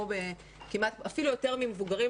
אפילו יותר ממבוגרים.